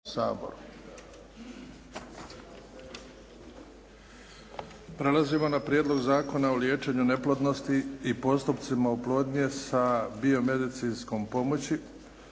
skrb raspravio je Prijedlog zakona o liječenju neplodnosti i postupcima oplodnje s biomedicinskom pomoći